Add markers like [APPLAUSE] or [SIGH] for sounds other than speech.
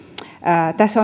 tässä [UNINTELLIGIBLE]